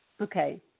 Okay